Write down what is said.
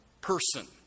person